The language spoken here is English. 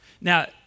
Now